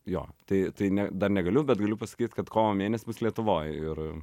jo tai tai ne dar negaliu bet galiu pasakyt kad kovo mėnesį bus lietuvoj ir